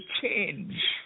change